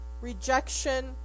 rejection